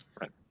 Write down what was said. Right